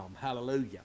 Hallelujah